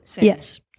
Yes